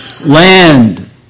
Land